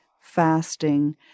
fasting